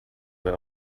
were